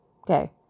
Okay